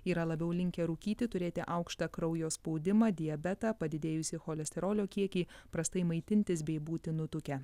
yra labiau linkę rūkyti turėti aukštą kraujo spaudimą diabetą padidėjusį cholesterolio kiekį prastai maitintis bei būti nutukę